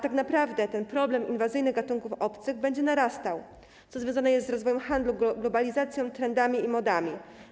Tak naprawdę problem inwazyjnych gatunków obcych będzie narastał, co związane jest z rozwojem handlu, globalizacją, trendami i modami.